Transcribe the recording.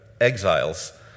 exiles